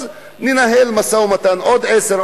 אז ננהל משא-ומתן עוד עשר,